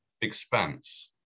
expanse